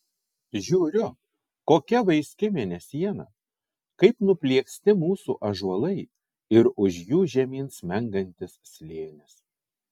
žiūriu kokia vaiski mėnesiena kaip nuplieksti mūsų ąžuolai ir už jų žemyn smengantis slėnis